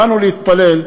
באנו להתפלל.